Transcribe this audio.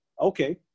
Okay